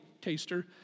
taster